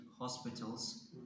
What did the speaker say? Hospitals